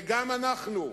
וגם אנחנו,